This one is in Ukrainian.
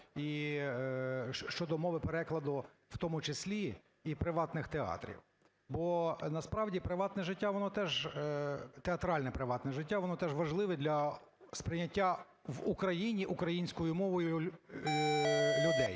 і щодо мови перекладу в тому числі і приватних театрів. Бо, насправді, приватне життя, воно теж... театральне приватне життя, воно теж важливе для сприйняття в Україні українською мовою людей.